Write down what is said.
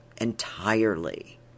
entirely